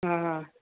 हा